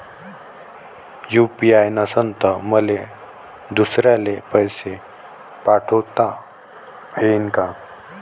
UPI नसल तर मले दुसऱ्याले पैसे पाठोता येईन का?